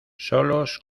solos